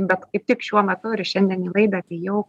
bet kaip tik šiuo metu ir šiandien į laidą atėjau